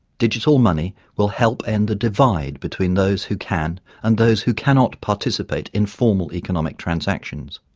digital money will help end the divide between those who can and those who cannot participate in formal economic transactions.